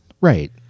right